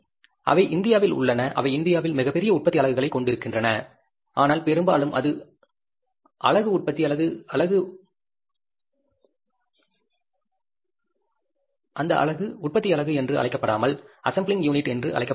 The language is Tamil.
அவை இந்தியாவில் உள்ளன அவை இந்தியாவில் பெரிய உற்பத்தி அலகுகளை கொண்டிருக்கின்றன ஆனால் பெரும்பாலும் அது அலகு உற்பத்தி அலகு என்று அழைக்கபடாமல் அசெம்பிளிங் யூனிட் என்று அழைக்கப்படுகிறது